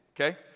Okay